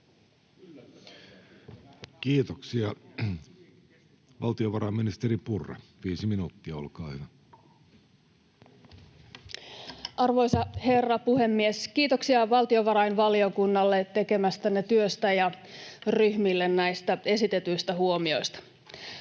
Kiitoksia. — Valtiovarainministeri Purra, viisi minuuttia, olkaa hyvä. Arvoisa herra puhemies! Kiitoksia valtiovarainvaliokunnalle tekemästänne työstä ja ryhmille näistä esitetyistä huomioista.